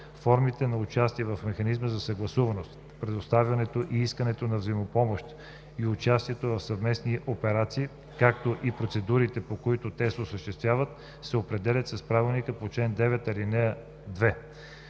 Формите на участие в механизма за съгласуваност, предоставянето и искането на взаимопомощ и участието в съвместни операции, както и процедурите, по които те се осъществяват, се определят с правилника по чл.